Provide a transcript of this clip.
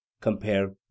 compare